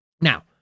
Now